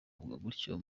gutyo